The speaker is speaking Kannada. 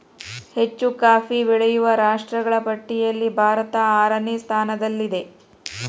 ಹೆಚ್ಚು ಕಾಫಿ ಬೆಳೆಯುವ ರಾಷ್ಟ್ರಗಳ ಪಟ್ಟಿಯಲ್ಲಿ ಭಾರತ ಆರನೇ ಸ್ಥಾನದಲ್ಲಿದೆ